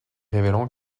révélant